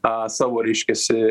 a savo reiškiasi